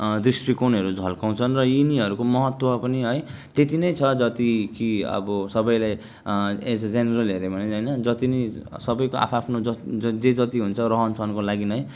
दृष्टिकोणहरू झल्काउँछन् र यिनीहरूको महत्त्व पनि है त्यति नै छ जति कि अब सबैलाई एज ए जेनरल हेर्यो भने होइन जति नै सबैको आफ्आफ्नो जे जति हुन्छ रहनसहनको लागि नै